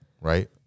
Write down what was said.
right